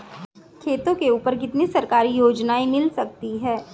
खेतों के ऊपर कितनी सरकारी योजनाएं मिल सकती हैं?